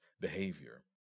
behavior